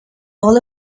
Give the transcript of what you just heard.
all